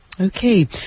okay